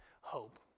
hope